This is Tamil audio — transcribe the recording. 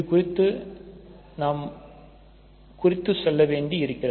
குறித்து நாம் குறித்து சொல்ல வேண்டி இருக்கிறது